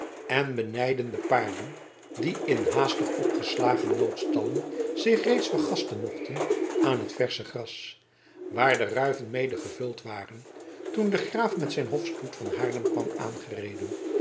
en benijdden de paarden die in haastig opgeslagen noodstallen zich reeds vergasten mochten aan het versche gras waar de ruiven mede gevuld waren toen de graaf met zijn hofstoet van haarlem kwam aangereden